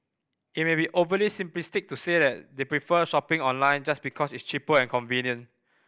it may be overly simplistic to say that they prefer shopping online just because it's cheaper and convenient